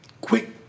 quick